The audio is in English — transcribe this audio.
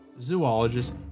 zoologist